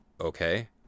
Okay